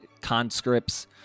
conscripts